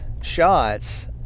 shots